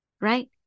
right